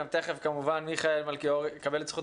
גם כמובן, מיכאל מלכיאור, יקבל את זכות